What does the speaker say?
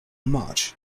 much